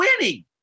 winning